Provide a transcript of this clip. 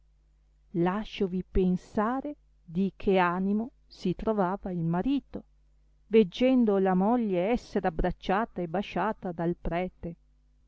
lasciovi pensare di che animo si trovava il marito veggendo la moglie esser abbracciata e basciata dal prete